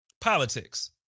Politics